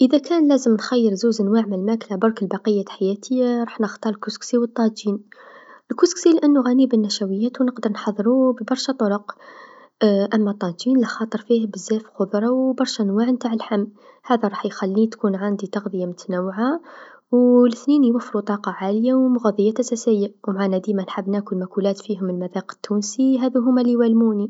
إذا كان لازم نخير زوز نواع من الماكله برك بقية حياتي راح نختار الكسكسي و الطاجين، الكسكسي لأنو غني بالنشاويات و نقدر نحضرو ببرشا طرق أما الطاجين لخاطر فيه بزاف خضرا و برشا نواع نتاع اللحم هذا راح يخلي تكون عندي تغذيه متنوعه و لثنين يوفرو طاقه عاليه و مغذيات أساسيه مع أنا ديما نحب ناكل مأكولات فيهم المذاق التونسي هذو هوما ليوالموني.